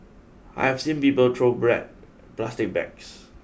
I have seen people throw bread plastic bags